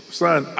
son